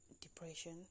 depression